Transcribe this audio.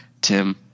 Tim